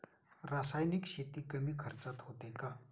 रासायनिक शेती कमी खर्चात होते का?